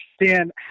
understand